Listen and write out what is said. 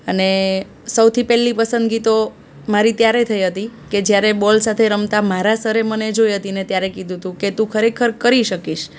અને સૌથી પહેલી પસંદગી તો મારી ત્યારે થઈ હતી કે જ્યારે બોલ સાથે રમતા મારા સરે મને જોઈ હતી ને ત્યારે કીધું હતું કે તું ખરેખર કરી શકીશ